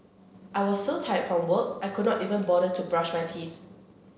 I was so tired from work I could not even bother to brush my teeth